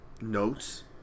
notes